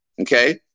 Okay